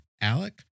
Alec